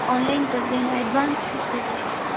online कर देना advance कितने देंगे आप